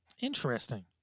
Interesting